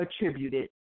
attributed